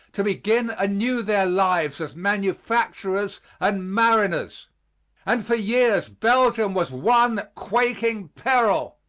to begin anew their lives as manufacturers and mariners and for years belgium was one quaking peril,